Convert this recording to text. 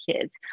kids